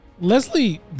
Leslie